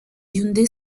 hyundai